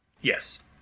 Yes